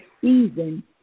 season